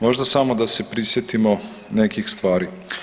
Možda samo da se prisjetimo nekih stvari.